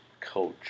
Coach